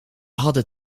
hadden